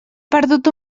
perdut